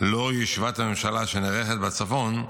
לאור ישיבת הממשלה שנערכת בצפון,